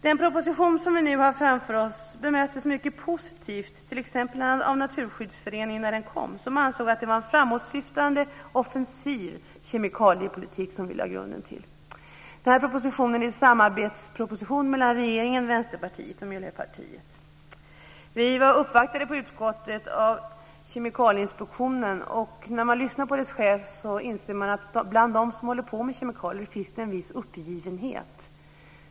Den proposition som vi nu har framför oss bemöttes mycket positivt när den kom t.ex. av Naturskyddsföreningen, som ansåg att det var en framåtsyftande och offensiv kemikaliepolitik som vi lade grunden till. Propositionen är en samarbetsproposition mellan regeringen, Vänsterpartiet och Miljöpartiet. När man lyssnar på dess chef så inser man att det finns en viss uppgivenhet bland dem som håller på med kemikalier.